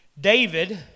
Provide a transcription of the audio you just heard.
David